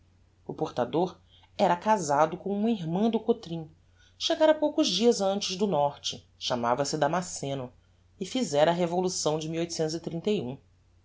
o portador era casado com uma irmã do cotrim chegára poucos dias antes do norte chamava-se damasceno e fizera a revolução de foi